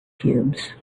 cubes